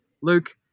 luke